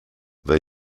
they